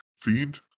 Fiend